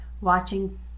watching